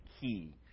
key